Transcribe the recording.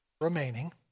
remaining